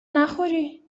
نخوری